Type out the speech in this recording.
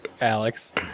Alex